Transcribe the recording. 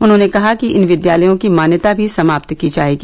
उन्होंने कहा कि इन विद्यालयों की मान्यता भी समाप्त की जाएगी